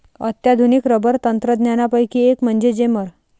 अत्याधुनिक रबर तंत्रज्ञानापैकी एक म्हणजे जेमर